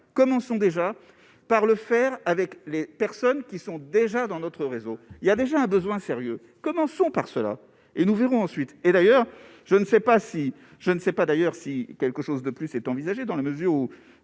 commençons déjà par le fer avec les personnes qui sont déjà dans notre réseau, il y a déjà un besoin sérieux, commençons par cela et nous verrons ensuite et d'ailleurs je ne sais pas si je ne sais pas, d'ailleurs, si quelque chose de plus est envisagée dans la mesure où